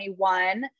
2021